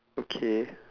okay